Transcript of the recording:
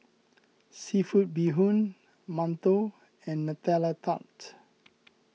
Seafood Bee Hoon Mantou and Nutella Tart